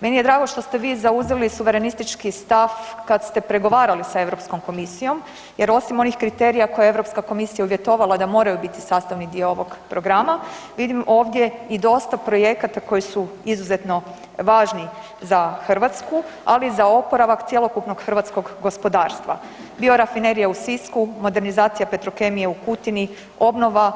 Meni je drago što ste vi zauzeli suverenistički stav kad ste pregovarali s Europskom komisijom jer osim onih kriterija koje je Europska komisija uvjetovala da moraju biti sastavni dio ovog programa vidim ovdje i dosta projekata koji su izuzetno važni za Hrvatsku ali i za oporavak cjelokupnog hrvatskog gospodarstva Biorafinerije u Sisku, modernizacija Petrokemije u Kutini, obnova